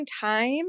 time